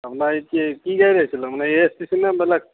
আপোনাৰ এতিয়া কি গাড়ীত আহিছিলে মানে এ এচ টি চি নে বেলেগ